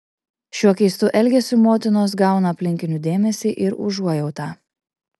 šiuo keistu elgesiu motinos gauna aplinkinių dėmesį ir užuojautą